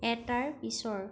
এটাৰ পিছৰ